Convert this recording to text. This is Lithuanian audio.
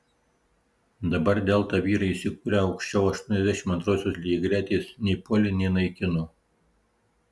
dabar delta vyrai įsikūrę aukščiau aštuoniasdešimt antrosios lygiagretės nei puolė nei naikino